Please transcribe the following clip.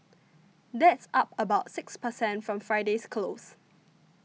that's up about six per cent from Friday's close